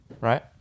Right